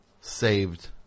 saved